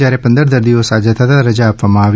જયારે પંદર દર્દીઓ સાજા થતા રજા આપવામાં આવી